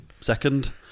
second